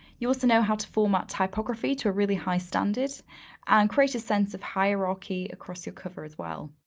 you'll also know how to format typography to a really high standard, and create a sense of hierarchy across your cover as well.